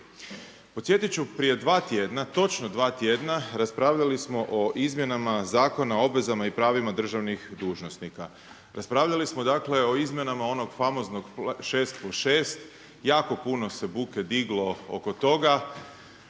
Podsjetiti ću prije dva tjedna, točno 2 tjedna, raspravljali smo o izmjenama Zakona o obvezama i pravima državnih dužnosnika. Raspravljali smo dakle o Izmjenama onog famoznog 6+6, jako puno se buke diglo oko toga,